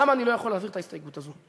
למה אני לא יכול להעביר את ההסתייגות הזאת?